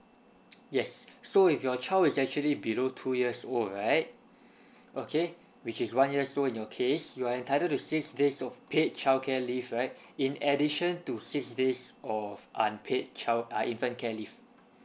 yes so if your child is actually below two years old right okay which is one years old in your case you are entitled to six days of paid childcare leave right in addition to six days of unpaid child uh infant care leave